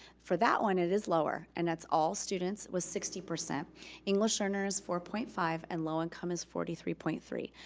for that one it is lower, and that's all students with sixty, english learners, four point five, and low income is forty three point three.